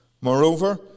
Moreover